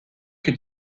que